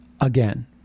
again